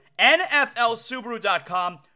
NFLsubaru.com